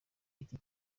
giti